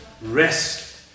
rest